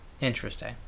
interesting